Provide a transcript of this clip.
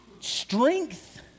strength